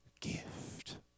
gift